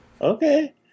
okay